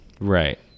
Right